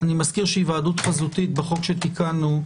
אני מזכיר שהיוועדות חזותית בחוק שתיקנו,